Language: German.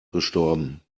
gestorben